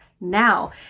now